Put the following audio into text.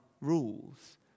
rules